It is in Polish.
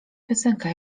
piosenka